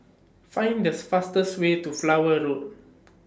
Find This fastest Way to Flower Road